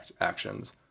actions